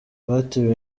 batewe